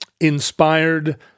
inspired